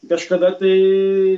kažkada tai